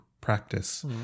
practice